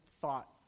thought